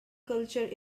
culture